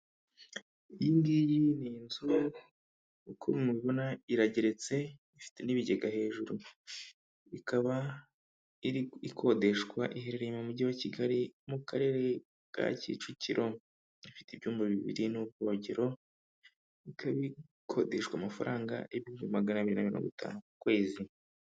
Iyi ngiyi n'inzu uko mubona irageretse ifite n'ibigega hejuru, ikaba ikodeshwa iherereye mu mujyi wa Kigali mu karere ka Kicukiro, ifite ibyumba bibiri n'ubwogero ikaba ikodeshwa amafaranga ibihumbi magana biri na mirongo itanu ku kwezi.